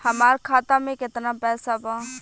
हमार खाता में केतना पैसा बा?